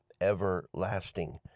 everlasting